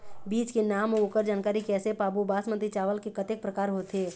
बीज के नाम अऊ ओकर जानकारी कैसे पाबो बासमती चावल के कतेक प्रकार होथे?